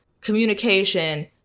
communication